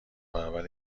برابر